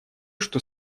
что